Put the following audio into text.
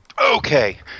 Okay